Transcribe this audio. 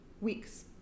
weeks